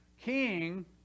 King